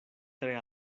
tre